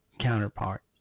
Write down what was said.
counterpart